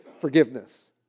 forgiveness